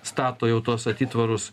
stato jau tuos atitvarus